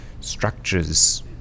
structures